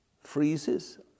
freezes